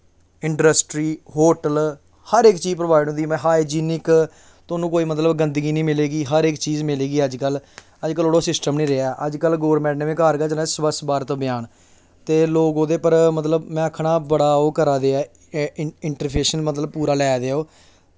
industry hotel हर इक चीज प्रोवाइड होंदी ऐ हाइजीनिक थाह्नूं मतलब कोई गंदगी निं मिलेगी हर इक चीज मिलेगी अज्ज कल अज्ज कल ओह् आह्ला सिस्टम निं रेहा ऐ अज्ज कल गौरमेंट ने बी चलाया स्वच्छ भारत अभियान ते लोग ओह्दे पर मतलब में आखना बड़ा ओह् करा दे ऐ इंटर फेशन मतलब पूरा लै दे ऐ ओह्